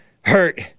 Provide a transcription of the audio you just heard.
hurt